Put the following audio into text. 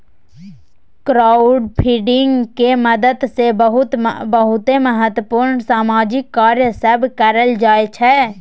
crowdfunding के मदद से बहुते महत्वपूर्ण सामाजिक कार्य सब करल जाइ छइ